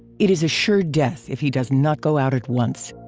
it is assured death if he does not go out at once.